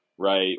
right